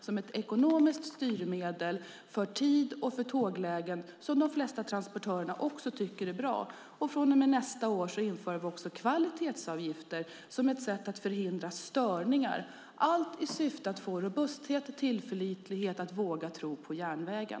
Det är ett ekonomiskt styrmedel för tid och för tåglägen som transportörerna tycker är bra. Nästa år inför vi också kvalitetsavgifter som ett sätt att förhindra störningar. Allt detta görs i syfte att få robusthet och tillförlitlighet så att människor vågar tro på järnvägen.